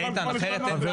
שהיא תוכל כבר לשנות.